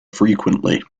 frequently